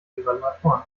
evaluatoren